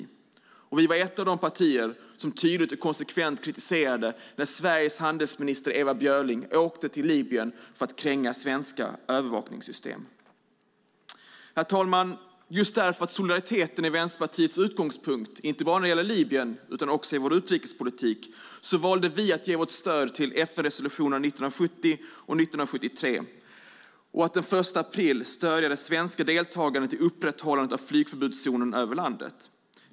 Vänsterpartiet var ett av de partier som tydligt och konsekvent kritiserade att Sveriges handelsminister Ewa Björling åkte till Libyen för att kränga svenska övervakningssystem. Herr talman! Just därför att solidariteten är Vänsterpartiets utgångspunkt inte bara när det gäller Libyen utan också i vår utrikespolitik valde vi att ge vårt stöd till FN-resolutionerna 1970 och 1973. Vi valde också att den 1 april stödja det svenska deltagandet i upprätthållande av flygförbudszonen över landet.